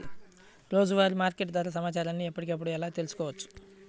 రోజువారీ మార్కెట్ ధర సమాచారాన్ని ఎప్పటికప్పుడు ఎలా తెలుసుకోవచ్చు?